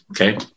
Okay